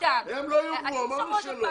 מה, להכניס אותם